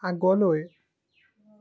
আগলৈ